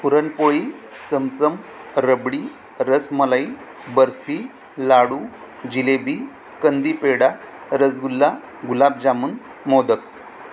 पुरणपोळी चमचम रबडी रसमलाई बर्फी लाडू जिलेबी कंदी पेढा रसगुल्ला गुलाबजामून मोदक